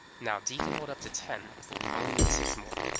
now d can hold up to ten but we only need six more